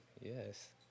Yes